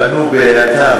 בנו בהאטה,